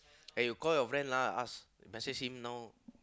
eh you call your friend lah ask message him now